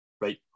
Right